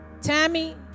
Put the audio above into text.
Tammy